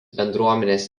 bendruomenės